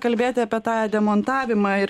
kalbėti apie tą demontavimą ir